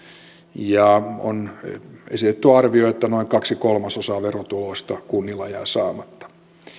ja on esitetty arvio että noin kaksi kolmasosaa verotuloista kunnilla jää saamatta